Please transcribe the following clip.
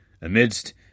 Amidst